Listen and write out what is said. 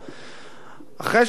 אחרי שאמרנו את זה,